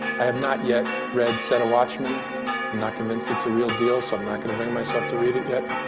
i have not yet read set a watchman. i'm not convinced it's a real deal, so i'm not going to bring myself to read it yet.